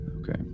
Okay